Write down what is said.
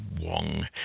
Wong